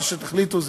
מה שתחליטו,